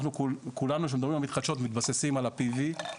כשכולנו מדברים על המתחדשות מתבססים על ה-PV.